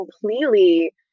completely